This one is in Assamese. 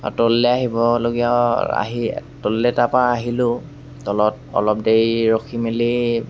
আৰু তললৈ আহিবলগীয়া আহি তললৈ তাৰ পৰা আহিলোঁ তলত অলপ দেৰি ৰখি মেলি